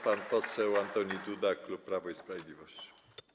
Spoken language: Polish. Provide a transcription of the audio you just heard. Pan poseł Antoni Duda, klub Prawo i Sprawiedliwość.